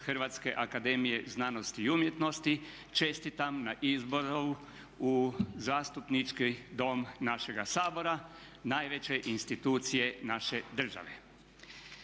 Hrvatske akademije znanosti i umjetnosti, čestitam na izboru u zastupnički Dom našega Sabora, najveće institucije naše države.